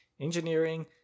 Engineering